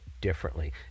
differently